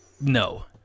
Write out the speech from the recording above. No